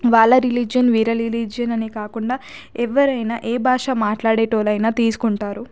వాళ్ళ రిలీజియన్ వీళ్ళ రిలీజియన్ అని కాకుండా ఎవరైనా ఏ భాష మాట్లాడేవారైనా తీసుకుంటారు